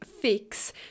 fix